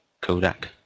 Kodak